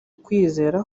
kwizera